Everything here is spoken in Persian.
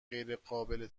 غیرقابل